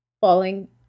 falling